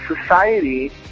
society